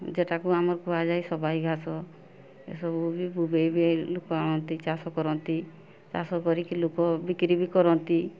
ଯେଟାକୁ ଆମର କୁହାଯାଏ ସବାଇ ଘାସ ଏସବୁ ବି ଭୁବେଇ ବି ଲୋକ ଆଣନ୍ତି ଚାଷ କରନ୍ତି ଚାଷ କରିକି ଲୋକ ବିକ୍ରି ବି କରନ୍ତି